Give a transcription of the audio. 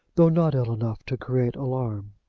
though not ill enough to create alarm.